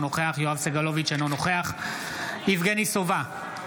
אינו נוכח יואב סגלוביץ' אינו נוכח יבגני סובה,